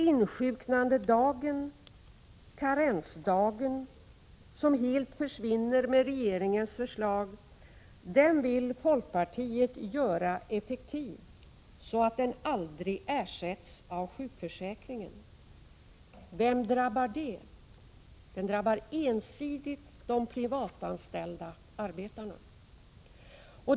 Insjuknandedagen, karensdagen, som helt försvinner med regeringens förslag, den vill folkpartiet göra effektiv, så att den aldrig ersätts av sjukförsäkringen. Vem drabbar det? Det drabbar ensidigt de privatanställda arbetarna.